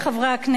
ולסיום,